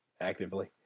actively